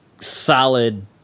solid